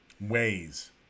ways